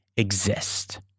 exist